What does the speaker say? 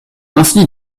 ainsi